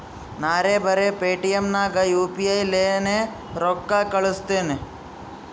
ನಾರೇ ಬರೆ ಪೇಟಿಎಂ ನಾಗ್ ಯು ಪಿ ಐ ಲೇನೆ ರೊಕ್ಕಾ ಕಳುಸ್ತನಿ